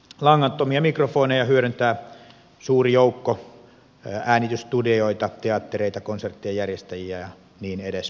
langattomia mikrofoneja hyödyntää suuri joukko äänitysstudioita teattereita konserttien järjestäjiä ja niin edelleen